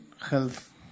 health